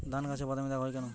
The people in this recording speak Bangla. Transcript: ধানগাছে বাদামী দাগ হয় কেন?